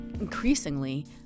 increasingly